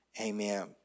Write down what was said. Amen